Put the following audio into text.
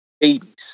babies